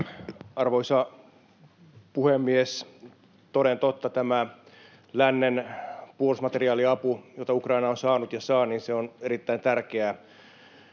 Arvoisa puhemies! Toden totta, tämä lännen puolustusmateriaaliapu, jota Ukraina on saanut ja saa, on erittäin tärkeää